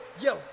yo